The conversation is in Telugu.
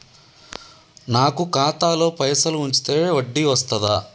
నాకు ఖాతాలో పైసలు ఉంచితే వడ్డీ వస్తదా?